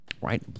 Right